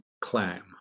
Clam